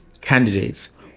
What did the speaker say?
candidates